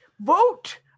vote